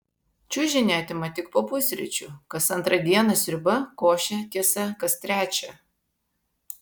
čiužinį atima tik po pusryčių kas antrą dieną sriuba košė tiesa kas trečią